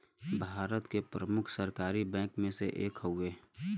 भारत के प्रमुख सरकारी बैंक मे से एक हउवे